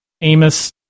Amos